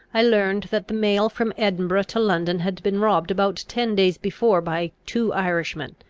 i learned that the mail from edinburgh to london had been robbed about ten days before by two irishmen,